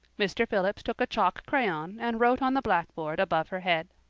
mr. phillips took a chalk crayon and wrote on the blackboard above her head.